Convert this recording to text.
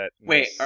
Wait